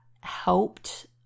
helped